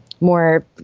more